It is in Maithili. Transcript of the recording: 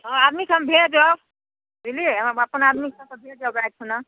हँ आदमी सब भेजब बुझलियै हम अपन आदमी सबके भेजब राति खुना